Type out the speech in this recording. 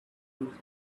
wildly